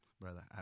brother